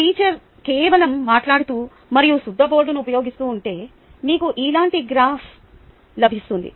teacher కేవలం మాట్లాడుతూ మరియు సుద్దబోర్డును ఉపయోగిస్తుంటే మీకు ఇలాంటి గ్రాఫ్ లభిస్తుంది